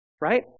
Right